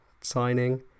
signing